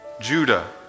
Judah